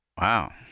Wow